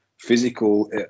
physical